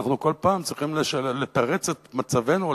כל פעם אנחנו צריכים לתרץ את מצבנו או